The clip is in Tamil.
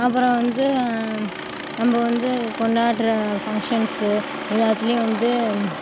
அப்புறம் வந்து நம்ம வந்து கொண்டாடுகிற ஃபங்ஷன்ஸ்சு எல்லாத்திலேயும் வந்து